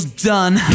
done